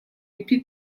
épi